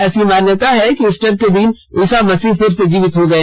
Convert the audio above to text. ऐसी मान्याता है कि ईस्टर के दिन ईसा मसीह फिर से जीवित हो गए